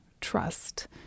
Trust